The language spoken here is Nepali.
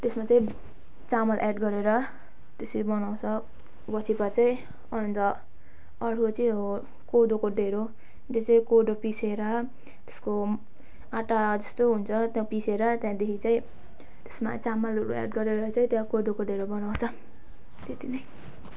त्यसमा चाहिँ चामल एड गरेर त्यसरी बनाउँछ वाचिपा चाहिँ अनि त अर्को चाहिँ हो कोदोको ढिँडो त्यो चाहिँ कोदो पिसेर त्यसको आँटा जस्तो हुन्छ त्यो पिसेर त्यहाँदेखि चाहिँ त्यसमा चामलहरू एड गरेर चाहिँ त्यहाँ कोदोको ढिँडो बनाउँछ त्यति नै